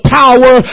power